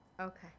okay